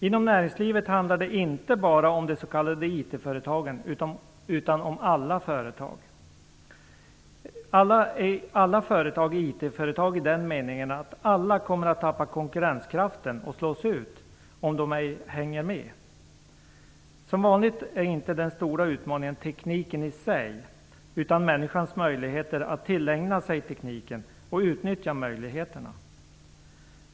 Inom näringslivet handlar det inte bara om de s.k. IT-företagen, utan alla företag är IT-företag i den meningen att alla kommer att tappa konkurrenskraften och slås ut om de ej hänger med. Som vanligt är inte den stora utmaningen tekniken i sig utan människans möjligheter att tillägna sig tekniken och utnyttja möjligheterna.